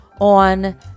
on